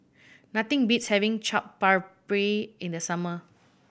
nothing beats having Chaat Papri in the summer